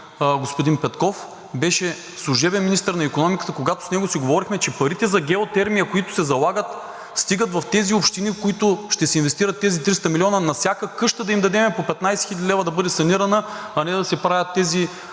господин Петков – беше служебен министър на икономиката, когато с него си говорихме, че парите за геотермия, които се залагат, стигат в тези общини, в които ще се инвестират тези 300 милиона. На всяка къща да им дадем по 15 хил. лв. да бъде санирана, а не да се правят тези